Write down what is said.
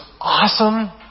awesome